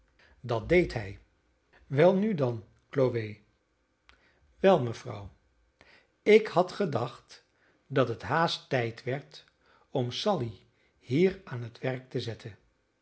geven dat deed hij welnu dan chloe wel mevrouw ik had gedacht dat het haast tijd werd om sally hier aan het werk te zetten